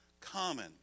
common